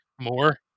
more